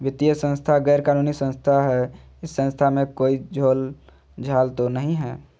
वित्तीय संस्था गैर कानूनी संस्था है इस संस्था में कोई झोलझाल तो नहीं है?